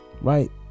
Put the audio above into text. right